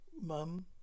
Mum